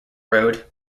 road